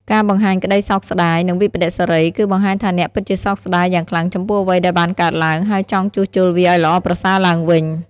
ការបង្ហាញក្តីសោកស្ដាយ និងវិប្បដិសារី គឺបង្ហាញថាអ្នកពិតជាសោកស្ដាយយ៉ាងខ្លាំងចំពោះអ្វីដែលបានកើតឡើង ហើយចង់ជួសជុលវាឱ្យល្អប្រសើរទ្បើងវិញ។